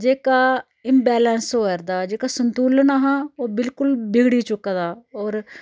जेह्का इंवैलेंस होऐ दा जेह्का संतुलन हा ओह् बिलकुल बिगड़ी चुके दा होर